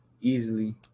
easily